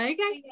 Okay